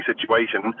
situation